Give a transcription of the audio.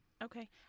Okay